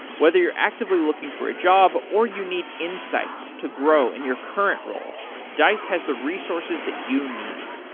whether you're actively looking for a job or you need insights to grow in your current role, dice has the resources that you need.